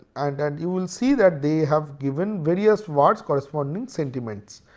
and and you will see that they have given various words corresponding sentiments.